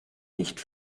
nicht